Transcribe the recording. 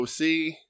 OC